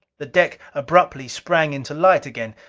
the deck abruptly sprang into light again.